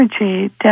energy